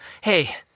Hey